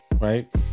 right